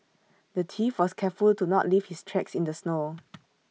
the thief was careful to not leave his tracks in the snow